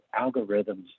algorithms